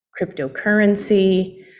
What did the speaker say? cryptocurrency